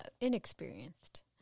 Inexperienced